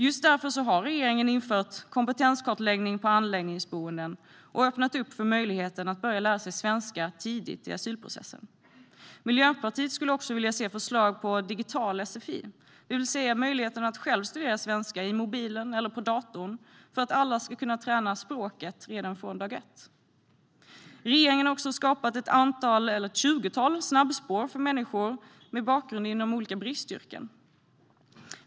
Just därför har regeringen infört kompetenskartläggning på anläggningsboenden och öppnat upp för möjligheten att börja lära sig svenska tidigt i asylprocessen. Miljöpartiet skulle också vilja se förslag på digital sfi, det vill säga möjlighet att själv studera svenska i mobilen eller på datorn, så att alla ska kunna träna språket redan från dag ett. Regeringen har också skapat ett tjugotal snabbspår för människor med bakgrund inom olika bristyrken.